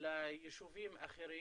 ליישובים אחרים,